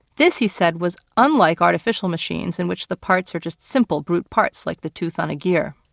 this, he said, was unlike artificial machines in which the parts are just simple, brute parts like the tooth on a gear.